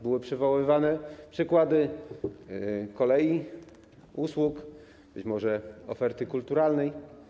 Były przywoływane przykłady kolei, usług, być może oferty kulturalnej.